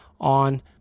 on